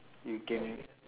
you can